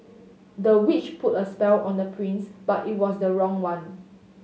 the witch put a spell on the prince but it was the wrong one